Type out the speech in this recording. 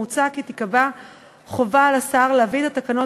מוצע כי תיקבע חובה על השר להביא את התקנות